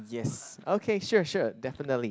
yes okay sure sure definitely